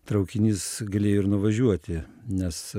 traukinys galėjo ir nuvažiuoti nes